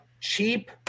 cheap